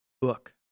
book